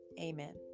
Amen